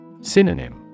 Synonym